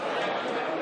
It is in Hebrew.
איזה, איזה רוע.